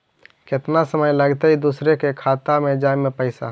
केतना समय लगतैय दुसर के खाता में जाय में पैसा?